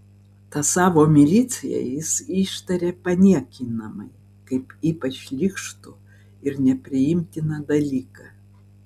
tą savo miliciją jis ištaria paniekinamai kaip ypač šlykštų ir nepriimtiną dalyką